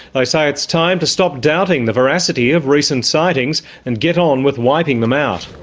they say it's time to stop doubting the veracity of recent sightings and get on with wiping them out.